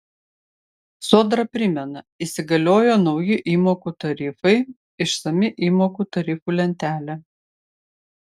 sodra primena įsigaliojo nauji įmokų tarifai išsami įmokų tarifų lentelė